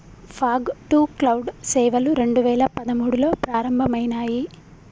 fog to cloud సేవలు రెండు వేల పదమూడులో ప్రారంభమయినాయి